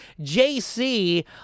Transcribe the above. JC